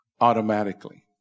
automatically